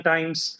Times